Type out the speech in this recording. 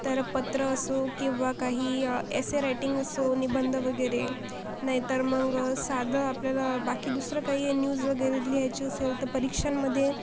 तर पत्र असो किंवा काही एस्से रायटिंग असो निबंध वगैरे नाहीतर मग साधं आपल्याला बाकी दुसरं काही न्यूज वगैरे लिहायची असेल तर परीक्षांमधे